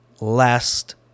last